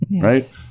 right